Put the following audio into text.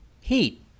heat